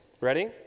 Ready